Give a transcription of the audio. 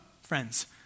friends